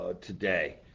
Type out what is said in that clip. today